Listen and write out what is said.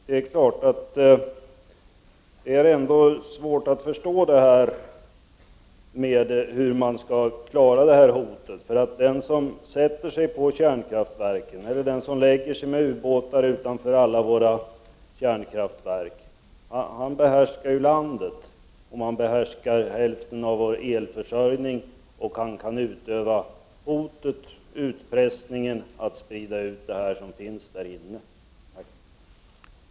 Herr talman! Det är ändå svårt att förstå hur man skall klara detta hot. Den som besätter kärnkraftverken eller lägger sig med ubåtar utanför alla våra kärnkraftverk behärskar ju landet. Han behärskar hälften av vår elförsörjning och kan utöva hotet och utpressningen att sprida ut kärnkraftverkens innehåll.